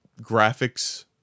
graphics